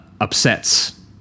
upsets